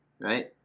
right